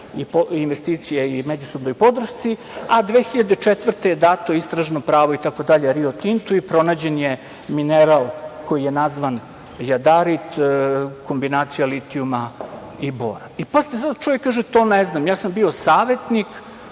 investicija i međusobnoj podršci, a 2004. godine je dato istražno pravo itd. „Rio Tintu“ i pronađen je mineral koji je nazvan jadarit, kombinacija litijuma i bora. Pazite, čovek kaže – ja to ne znam, ja sam bio savetnik,